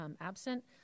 absent